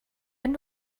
wenn